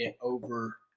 over